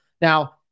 Now